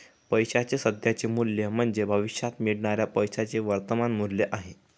पैशाचे सध्याचे मूल्य म्हणजे भविष्यात मिळणाऱ्या पैशाचे वर्तमान मूल्य आहे